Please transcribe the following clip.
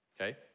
okay